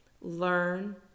learn